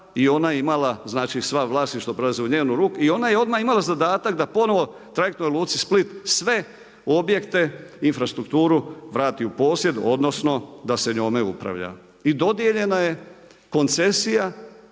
i ona je imala, znači sva vlasništva prelaze u njene ruke. I ona je odmah imala zadatak da ponovno trajektnoj luci Split sve objekte, infrastrukturu vrati u posjed odnosno da se njome upravlja. I dodijeljena je koncesija,